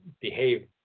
behave